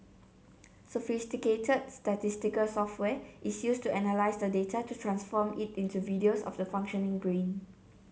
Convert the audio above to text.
sophisticated statistical software is used to analyse the data to transform it into videos of the functioning brain